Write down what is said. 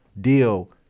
deal